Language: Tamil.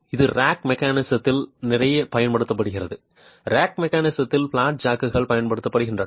இது ராக் மெக்கானிஸத்தில் நிறைய பயன்படுத்தப்படுகிறது ராக் மெக்கானிஸத்தில் பிளாட் ஜாக்கள் பயன்படுத்தப்படுகின்றன